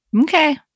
Okay